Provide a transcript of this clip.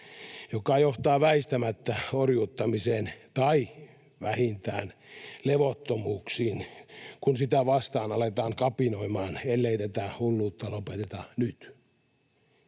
joka johtaa väistämättä horjuttamiseen tai vähintään levottomuuksiin, kun sitä vastaan aletaan kapinoimaan, ellei tätä hulluutta lopeteta nyt.